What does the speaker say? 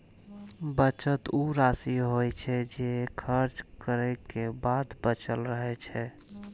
बचत ऊ राशि होइ छै, जे खर्च करै के बाद बचल रहै छै